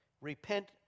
Repent